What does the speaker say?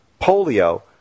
polio